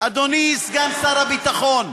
אדוני סגן שר הביטחון,